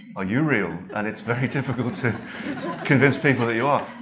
are you real? and it's very difficult to convince people that you are.